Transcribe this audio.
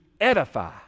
edify